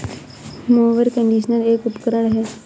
mower conditioner एक उपकरण है